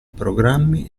programmi